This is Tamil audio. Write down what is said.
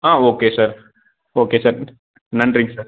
ஆ ஓகே சார் ஓகே சார் நன்றிங்க சார்